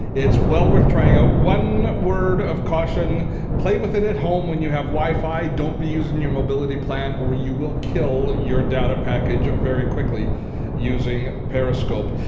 it's well worth trying out. one word of caution play with it at home if you have wi-fi. don't be using your mobility plan or you will kill your data package very quickly using periscope.